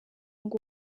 ngo